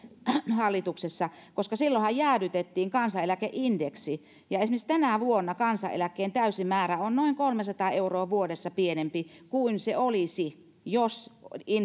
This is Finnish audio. hallituksessa koska silloinhan jäädytettiin kansaneläkeindeksi ja esimerkiksi tänä vuonna kansaneläkkeen täysi määrä on noin kolmesataa euroa vuodessa pienempi kuin se olisi jos